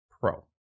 pro